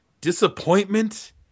disappointment